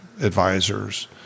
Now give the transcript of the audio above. advisors